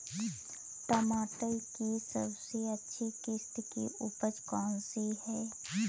टमाटर की सबसे अच्छी किश्त की उपज कौन सी है?